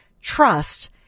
trust